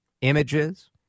images